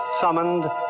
summoned